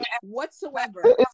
whatsoever